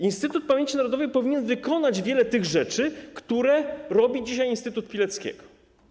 Instytut Pamięci Narodowej powinien zrealizować wiele z tych rzeczy, które robi dzisiaj Instytut Pileckiego.